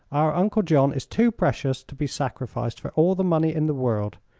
our uncle john is too precious to be sacrificed for all the money in the world.